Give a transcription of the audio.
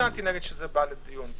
בא לדיון פה.